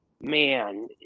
man